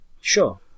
Sure